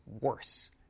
worse